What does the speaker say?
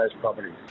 properties